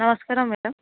నమస్కారం మేడమ్